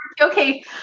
okay